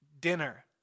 Dinner